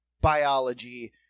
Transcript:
biology